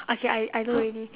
okay I I know already